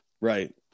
right